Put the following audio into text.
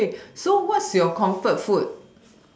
okay so what's your comfort food